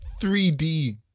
3D